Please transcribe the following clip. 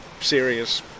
serious